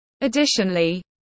Additionally